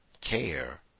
care